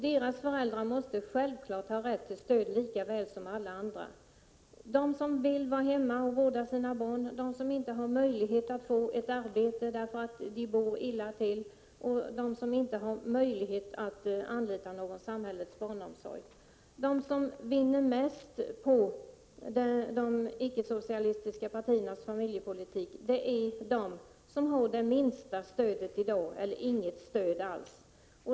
Deras föräldrar måste självfallet ha rätt till stöd lika väl som alla andra. Det gäller dem som vill vara hemma och vårda sina barn, dem som inte har möjlighet att få ett arbete därför att de bor illa till och dem som inte har möjlighet att anlita någon samhällets barnomsorg. De som vinner mest på de icke-socialistiska partiernas familjepolitik är de som i dag har det minsta stödet eller inget stöd alls.